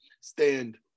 stand